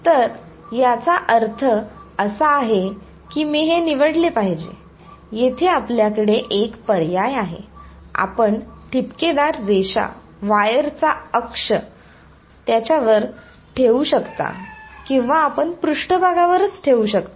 तर याचा अर्थ असा आहे की मी हे निवडले पाहिजे येथे आपल्याकडे एक पर्याय आहे आपण ठिपकेदार रेषा वायरचा अक्ष वर ठेवू शकता किंवा आपण पृष्ठभागावरच ठेवू शकता